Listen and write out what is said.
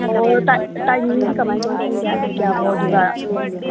ꯑꯣ ꯇꯥꯏꯃꯤꯡꯗꯤ ꯀꯃꯥꯏꯅ ꯇꯧꯏ ꯄꯨꯡ ꯀꯌꯥꯗꯒꯤ ꯀꯌꯥ ꯐꯥꯎ ꯑꯗꯨꯒ